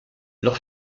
leur